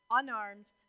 unarmed